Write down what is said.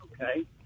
Okay